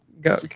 go